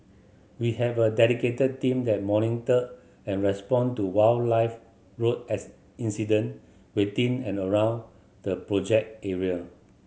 we have a dedicated team that monitor and respond to wildlife road incident within and around the project area